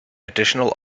additional